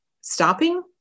Stopping